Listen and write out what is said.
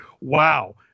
wow